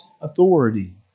authority